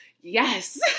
yes